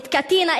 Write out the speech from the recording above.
את קתרינה,